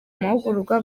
amahugurwa